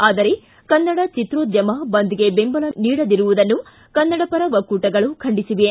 ಆದರೆ ಕನ್ನಡ ಚಿತ್ರೋದ್ಯಮ ಬಂದ್ಗೆ ಬೆಂಬಲ ನೀಡದಿರುವುದನ್ನು ಕನ್ನಡಪರ ಒಕ್ಕೂಟಗಳು ಖಂಡಿಸಿವೆ